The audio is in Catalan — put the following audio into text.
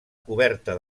coberta